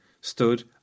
stood